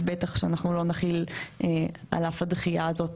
אז בטח שאנחנו לא נכיל על אף הדחייה הזאת